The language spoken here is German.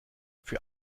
für